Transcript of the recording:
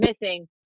missing